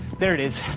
there it is.